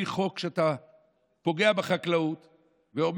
לממשלה חוק הסדרים עם פתיחת היבוא מחו"ל.